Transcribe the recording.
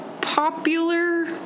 popular